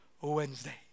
Wednesday